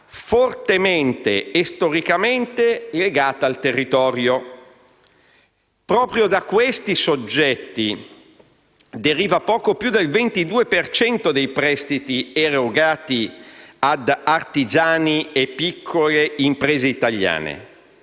fortemente e storicamente legata al territorio. Proprio da questi soggetti deriva poco più del 22 per cento dei prestiti erogati ad artigiani e piccole imprese italiane.